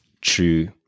true